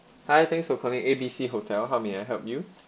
hi thanks for calling A B C hotel how may I help you